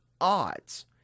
odds